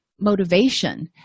motivation